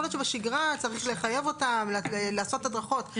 יכול להיות שבשגרה צריך לחייב אותם לעשות הדרכות,